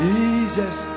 Jesus